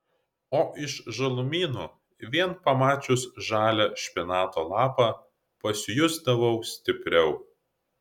o iš žalumynų vien pamačius žalią špinato lapą pasijusdavau stipriau